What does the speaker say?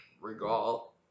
Regal